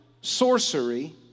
sorcery